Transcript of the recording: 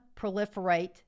proliferate